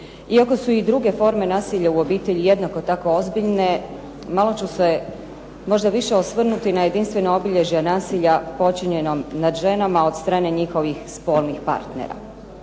Iako su i druge forme nasilja u obitelji jednako tako ozbiljne malo ću se možda više osvrnuti na jedinstvena obilježja nasilja počinjeno nad ženama od strane njihovih spolnih partnera.